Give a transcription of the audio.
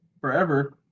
forever